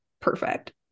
perfect